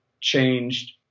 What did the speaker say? changed